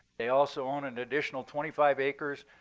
they also own an additional twenty five acres,